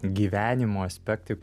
gyvenimo aspektai